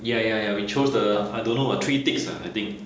ya ya ya we chose the I don't know uh three ticks ah I think